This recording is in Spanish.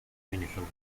venezolana